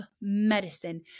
Medicine